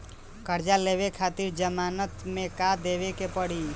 कर्जा लेवे खातिर जमानत मे का देवे के पड़ी?